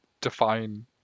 define